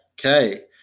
Okay